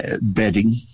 bedding